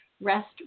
rest